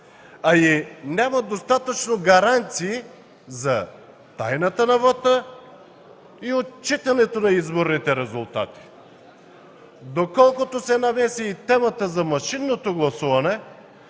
а и няма достатъчно гаранции за тайната на вота и отчитането на изборните резултати. Доколкото се намеси и темата за машинното гласуване,